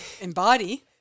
embody